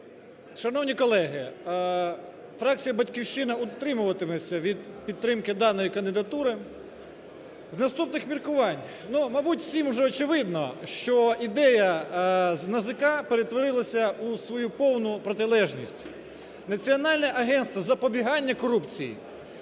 Шановні колеги, фракція "Батьківщина" утримуватиметься від підтримки даної кандидатури з наступних міркувань. Ну, мабуть, всім уже очевидно, що ідея з НАЗК перетворилася у свою повну протилежність. Національне агентство з запобігання корупції